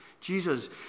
Jesus